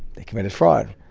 they committed fraud.